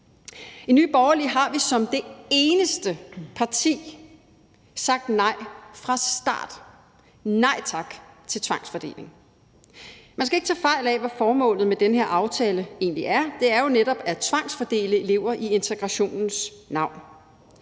I Nye Borgerlige har vi som det eneste parti sagt nej fra starten: Nej tak til tvangsfordeling. Man skal ikke tage fejl af, hvad formålet med den her aftale egentlig er. Det er jo netop at tvangsfordele elever i integrationens navn.